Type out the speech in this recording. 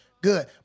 Good